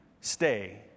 stay